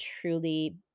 truly